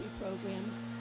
programs